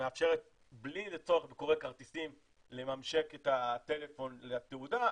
שמאפשרת בלי קורא כרטיסים לממשק את הטלפון לתעודה,